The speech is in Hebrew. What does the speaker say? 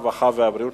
הרווחה והבריאות